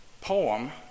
poem